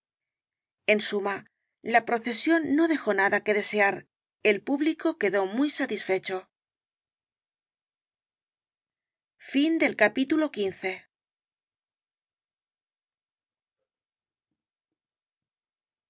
en suma la procesión no dejó nada que desear el público quedó muy satisfecho